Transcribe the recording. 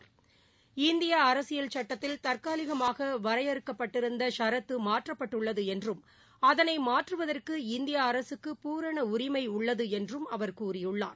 திரு இந்திய அரசியல் சட்டத்தில் தற்காலிகமாக வரையறுக்கப்பட்டிருந்த ஷரத்து மாற்றப்பட்டுள்ளது என்றும் அதனை மாற்றுவதற்கு இந்திய அரசுக்கு பூரண உரிமை உள்ளது என்றும் அவர் கூறியுள்ளார்